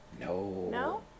No